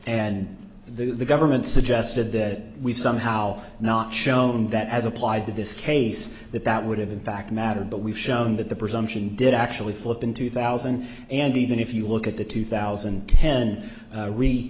and the government suggested that we've somehow not shown that as applied to this case that that would have in fact matter but we've shown that the presumption did actually flip in two thousand and even if you look at the two thousand and